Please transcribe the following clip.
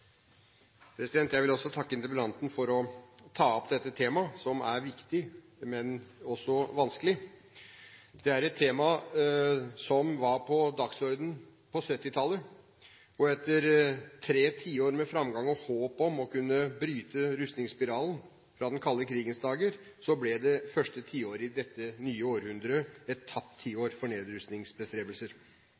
Jeg vil også takke interpellanten for å ta opp dette temaet, som er viktig, men også vanskelig. Det er et tema som var på dagsordenen på 1970-tallet, og etter tre tiår med framgang og håp om å kunne bryte rustningsspiralen fra den kalde krigens dager ble det første tiåret i dette nye århundret et tapt tiår for